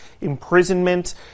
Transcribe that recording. imprisonment